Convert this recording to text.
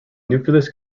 nucleus